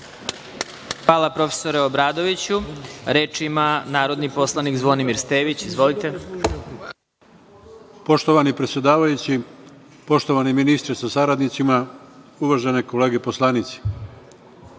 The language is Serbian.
Hvala, profesore Obradoviću. Reč ima narodni poslanik Zvonimir Stević. Izvolite. **Zvonimir Stević** Poštovani predsedavajući, poštovani ministre sa saradnicima, uvažene kolege poslanici. Nakon